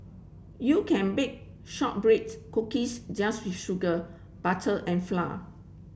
you can bake shortbreads cookies just with sugar butter and flour